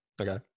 Okay